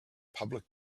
public